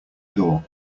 door